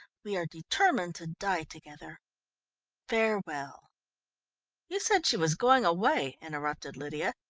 we are determined to die together farewell you said she was going away, interrupted lydia.